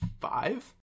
five